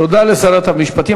תודה לשרת המשפטים.